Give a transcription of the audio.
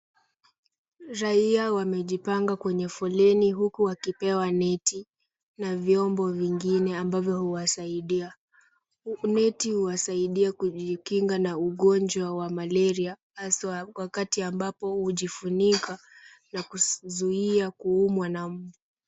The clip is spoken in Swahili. Raia wamejipanga kwenye foleni huku wakipewa neti, na vyombo vingine ambavyo huwasaidia. Neti huwasaidia kujikinga na ugonjwa wa malaria, haswa wakati ambapo hujifunika na kuzuia kuumwa na mmbu